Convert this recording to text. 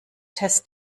tess